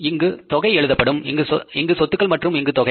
இங்கு தொகை எழுதப்படும் இங்கு சொத்துக்கள் மற்றும் இங்கு தொகை